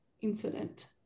incident